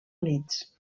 units